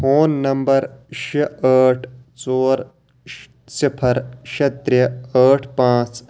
phone number شےٚ ٲٹھ ژور صِفَر شےٚ ترٛےٚ ٲٹھ پانٛژ